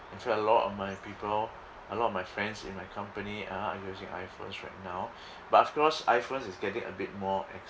in fact a lot of my people a lot of my friends in my company are using iPhones right now but of course iPhones is getting a bit more